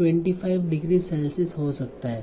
25 degree Celsius हो सकता है